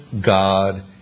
God